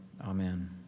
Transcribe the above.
Amen